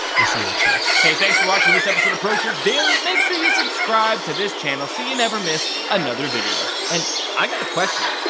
we'll see you next time. hey thanks for watching this episode of pro church daily, make sure you subscribe to this channel so you never miss another video. and i got a question.